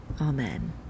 Amen